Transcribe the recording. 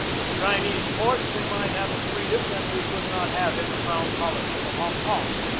in chinese ports we might have a freedom that we could not have in the crown colony of hong kong,